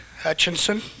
Hutchinson